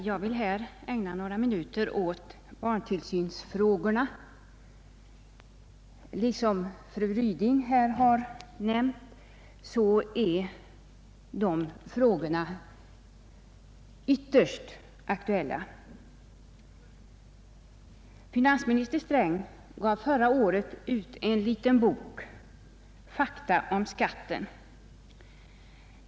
Fru talman! Jag vill ägna några minuter åt barntillsynsfrågorna. Såsom fru Ryding nämnt är dessa frågor ytterst aktuella. Finansminister Sträng gav förra året ut en liten bok med titeln Fakta om skatter.